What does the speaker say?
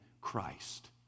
Christ